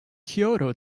kyoto